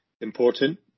important